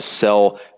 sell